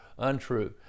Untrue